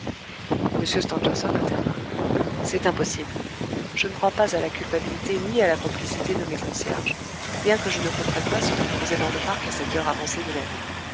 stangerson intervint c'est impossible je ne crois pas à la culpabilité ni à la complicité de mes concierges bien que je ne comprenne pas ce qu'ils faisaient dans le parc à cette heure avancée de la nuit